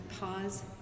Pause